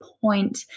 point